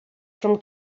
from